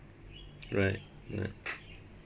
right right